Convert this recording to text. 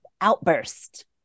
outburst